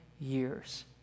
years